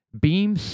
Beam